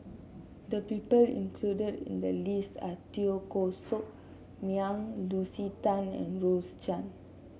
the people included in the list are Teo Koh Sock Miang Lucy Tan and Rose Chan